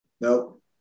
Nope